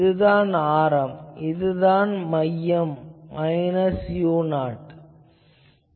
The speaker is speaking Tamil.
இதுதான் ஆரம் இதன் மையம் மைனஸ் u0 ஆகும்